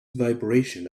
vibration